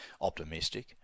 optimistic